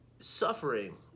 suffering